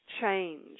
change